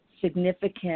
significant